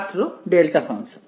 ছাত্র delta function